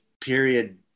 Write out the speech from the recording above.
period